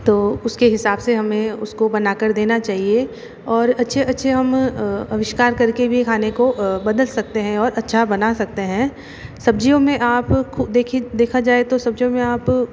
तो उसके हिसाब से हमें उसको बना कर देना चाहिए और अच्छे अच्छे हम अविष्कार करके भी खाने को बदल सकते हैं और अच्छा बना सकते हैं सब्जियों में आप देखे देखा जाए तो सब्जियों में आप